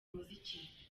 muziki